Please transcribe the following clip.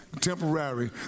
temporary